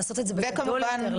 לעשות את זה בגדול יותר,